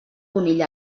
conill